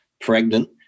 pregnant